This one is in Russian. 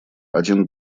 один